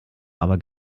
aber